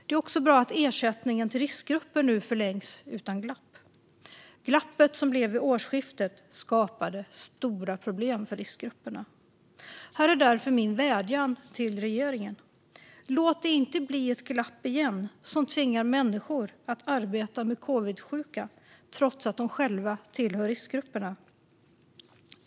Det är också bra att ersättningen till riskgrupper nu förlängs utan glapp. Glappet som uppstod vid årsskiftet skapade stora problem för riskgrupperna. Här är därför min vädjan till regeringen: Låt det inte bli ett glapp igen som tvingar människor att arbeta med covidsjuka trots att de själva tillhör riskgrupperna!